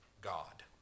God